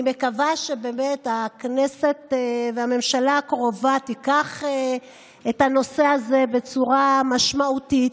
אני מקווה שהכנסת והממשלה הקרובה תיקח את הנושא הזה בצורה משמעותית,